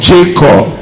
Jacob